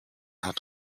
hat